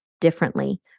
differently